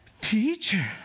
teacher